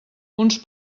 uns